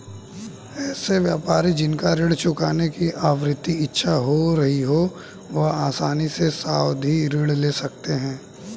ऐसे व्यापारी जिन का ऋण चुकाने की आवृत्ति अच्छी रही हो वह आसानी से सावधि ऋण ले सकते हैं